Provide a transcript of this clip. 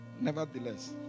nevertheless